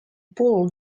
pull